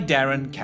Darren